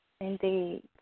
Indeed